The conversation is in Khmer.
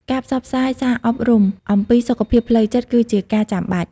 ការផ្សព្វផ្សាយសារអប់រំអំពីសុខភាពផ្លូវចិត្តគឺជាការចាំបាច់។